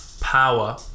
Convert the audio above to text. power